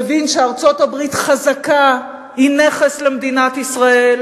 מבין שארצות-הברית חזקה היא נכס למדינת ישראל.